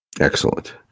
Excellent